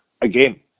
again